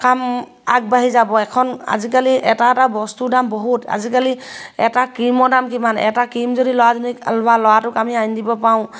কাম আগবাঢ়ি যাব এখন আজিকালি এটা এটা বস্তুৰ দাম বহুত আজিকালি এটা ক্ৰীমৰ দাম কিমান এটা ক্ৰীম যদি ল'ৰাজনীক বা ল'ৰাটোক আমি আনি দিব পাওঁ